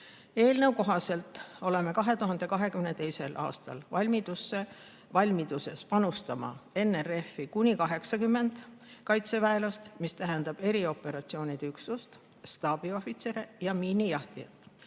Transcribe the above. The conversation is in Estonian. Eelnõu kohaselt oleme 2022. aastal valmiduses panustama NRF-i kuni 80 kaitseväelasega, mis tähendab erioperatsioonide üksust, staabiohvitsere ja miinijahtijat.